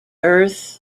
earth